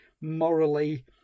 morally